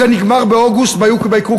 זה נגמר באוגוסט by hook or by crook,